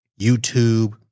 YouTube